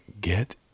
Get